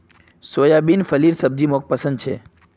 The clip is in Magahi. सोयाबीन फलीर सब्जी मोक पसंद छे